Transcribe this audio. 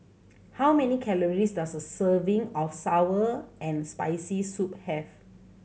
how many calories does a serving of sour and Spicy Soup have